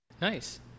Nice